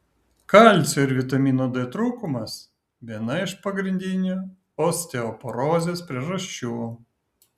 kalcio ir vitamino d trūkumas viena iš pagrindinių osteoporozės priežasčių